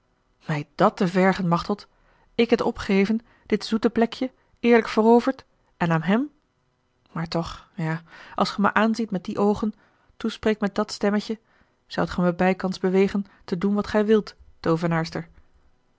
mij dàt te vergen machteld ik het opgeven dit zoete plekje eerlijk veroverd en aan hem maar toch ja als ge me aanziet met die oogen toespreekt met dàt stemmetje zoudt ge mij bijkans bewegen te doen wat gij wilt